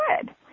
Good